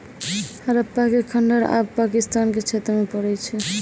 हड़प्पा के खंडहर आब पाकिस्तान के क्षेत्र मे पड़ै छै